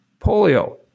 polio